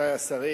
רבותי השרים,